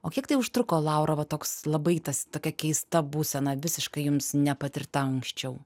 o kiek tai užtruko laura va toks labai tas tokia keista būsena visiškai jums nepatirta anksčiau